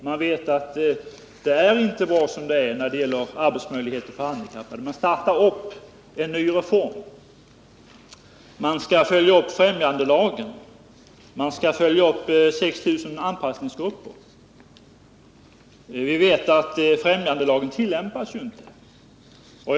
Man vet att det finns stora brister när det gäller arbetsmöjligheter för handikappade och därför tar man denna reform. Man skall inom AMS följa upp främjandelagen, man skall följa upp 6 000 anpassningsgrupper. Vi vet att främjandelagen inte tillämpas.